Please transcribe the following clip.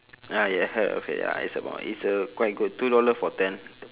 ah you have heard of it ya it's about it's a quite good two dollar for ten